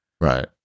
Right